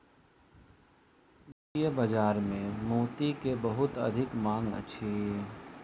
भारतीय बाजार में मोती के बहुत अधिक मांग अछि